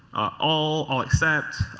all all accept,